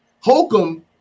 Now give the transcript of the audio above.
Holcomb